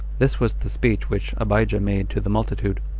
this was the speech which abijah made to the multitude.